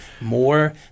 more